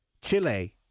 Chile